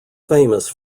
famous